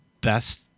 best